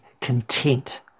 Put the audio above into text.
content